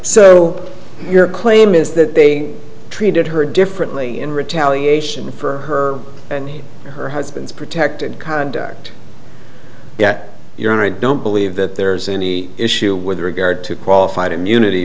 so your claim is that they treated her differently in retaliation for her and her husband's protected conduct that you're in i don't believe that there's any issue with regard to qualified immunity